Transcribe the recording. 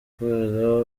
kubera